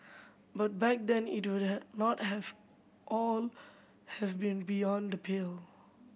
but back then it would not have all have been beyond the pale